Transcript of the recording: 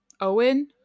owen